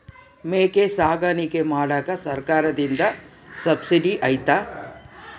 ಮೇಕೆ ಸಾಕಾಣಿಕೆ ಮಾಡಾಕ ಸರ್ಕಾರದಿಂದ ಸಬ್ಸಿಡಿ ಐತಾ?